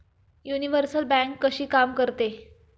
Universal bank कशी काम करते?